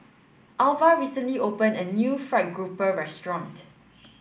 Alva recently opened a new fried grouper restaurant